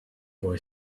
boy